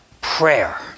prayer